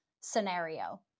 scenario